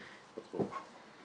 בתחום.